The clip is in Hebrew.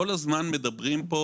כל הזמן מדברים פה